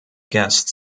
guests